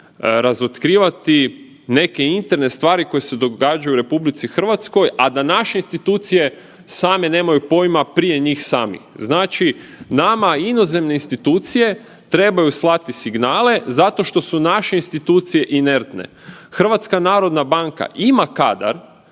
razotkrivati neke interne stvari koje se događaju u RH, a da naše institucije same nemaju pojma prije njih samih? Znači nama inozemne institucije trebaju slati signale zato što su naše institucije inertne. HNB ima kadar